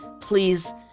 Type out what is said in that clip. Please